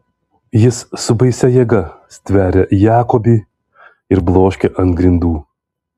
jis su baisia jėga stveria jakobį ir bloškia ant grindų